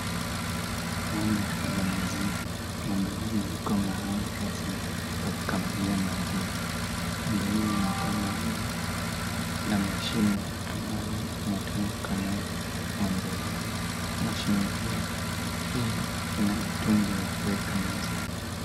Ng'ombe za maziwa, ng'ombe hizi ziko mahali pa zizi pa kukamulia maziwa. Ng'ombe hizi zinakamuliwa na mashine ambaye inatumika kukamua ng'ombe hizo. Mashine hii pia ina mitungi ya kuweka maziwa.